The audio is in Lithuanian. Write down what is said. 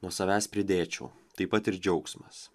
nuo savęs pridėčiau taip pat ir džiaugsmas